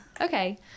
Okay